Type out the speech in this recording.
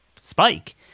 spike